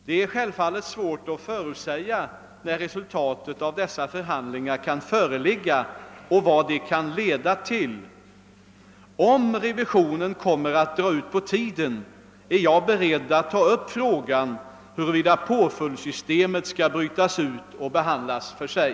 Det är självfallet svårt att förutsäga när resultatet av dessa förhandlingar kan föreligga och vad de kan leda till. Om revisionen kommer att dra ut på tiden är jag beredd att ta upp frågan huruvida påföljdssystemet skall brytas ut och behandlas för sig.